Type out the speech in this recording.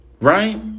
Right